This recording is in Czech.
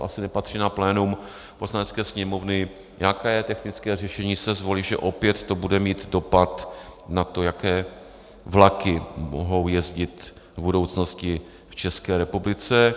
To asi nepatří na plénum Poslanecké sněmovny, jaké technické řešení se zvolí, že opět to bude mít dopad na to, jaké vlaky mohou jezdit v budoucnosti v České republice.